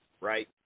right